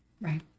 Right